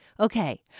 Okay